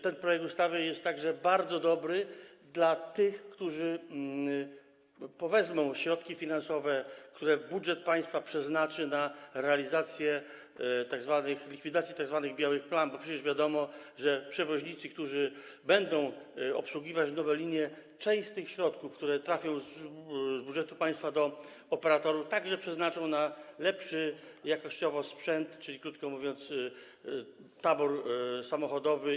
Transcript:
Ten projekt ustawy jest także bardzo dobry dla tych, którzy wezmą środki finansowe, które budżet państwa przeznaczy na realizację likwidacji tzw. białych plam, bo przecież wiadomo, że przewoźnicy, którzy będą obsługiwać nowe linie, część z tych środków, które trafią z budżetu państwa do operatorów, także przeznaczą na lepszy jakościowo sprzęt, czyli, krótko mówiąc, tabor samochodowy.